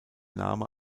name